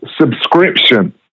subscription